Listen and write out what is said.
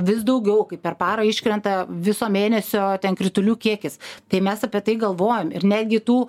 vis daugiau kai per parą iškrenta viso mėnesio kritulių kiekis tai mes apie tai galvojam ir netgi tų